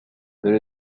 there